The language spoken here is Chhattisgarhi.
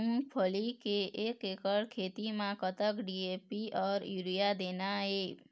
मूंगफली के एक एकड़ खेती म कतक डी.ए.पी अउ यूरिया देना ये?